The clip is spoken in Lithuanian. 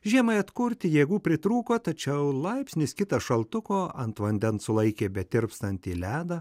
žiemai atkurti jėgų pritrūko tačiau laipsnis kitą šaltuko ant vandens sulaikė betirpstantį ledą